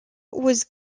was